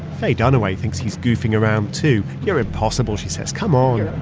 faye dunaway thinks he's goofing around too. you're impossible, she says. come on.